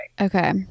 okay